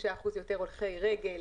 3% יותר הולכי רגל.